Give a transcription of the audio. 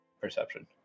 perception